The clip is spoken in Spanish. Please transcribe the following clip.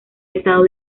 estado